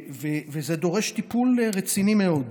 וזה דורש טיפול רציני מאוד.